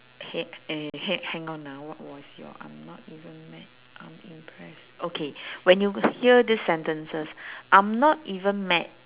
!hey! eh !hey! hang on ah what was your I'm not even mad I'm impressed okay when you hear these sentences I'm not even mad